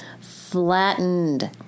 flattened